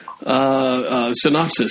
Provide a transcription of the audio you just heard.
Synopsis